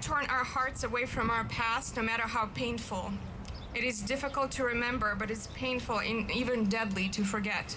turn our hearts away from our past to matter how painful it is difficult to remember but it is painful and even deadly to forget